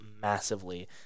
massively